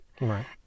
right